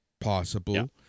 possible